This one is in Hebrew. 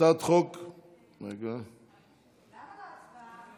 למה לא הצבעה?